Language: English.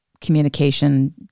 communication